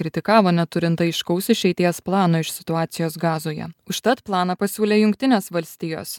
kritikavo neturint aiškaus išeities plano iš situacijos gazoje užtat planą pasiūlė jungtinės valstijos